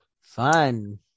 Fun